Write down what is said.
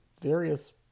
various